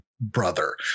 brother